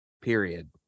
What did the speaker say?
period